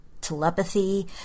telepathy